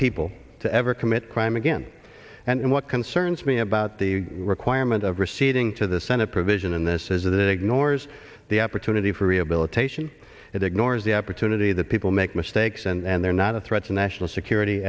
people to ever commit crime again and what concerns me about the requirement of receiving to the senate provision in this is that it ignores the opportunity for rehabilitation it ignores the opportunity that people make mistakes and they're not a threat to national security